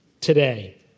today